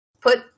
put